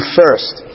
first